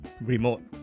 remote